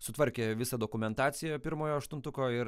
sutvarkė visą dokumentaciją pirmojo aštuntuko ir